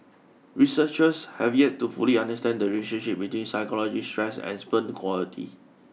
researchers have yet to fully understand the relationship between psychological stress and sperm quality